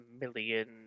million